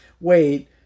Wait